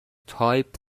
تایپ